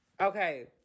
Okay